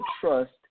trust